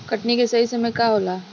कटनी के सही समय का होला?